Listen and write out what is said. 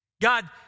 God